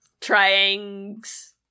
triangles